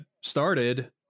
started